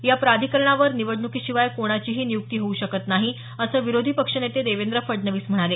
या प्राधिकरणावर निवडणुकीशिवाय कोणाचीही नियुक्ती होऊ शकत नाही असं विरोधी पक्षनेते देवेंद्र फडणवीस म्हणाले